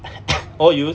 orh you